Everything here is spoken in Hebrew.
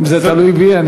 אם זה תלוי בי.